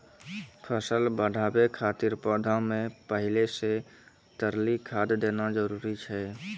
फसल बढ़ाबै खातिर पौधा मे पहिले से तरली खाद देना जरूरी छै?